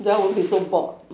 then I won't be so bored